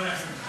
לוועדת העבודה,